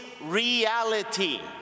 reality